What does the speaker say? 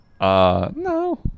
No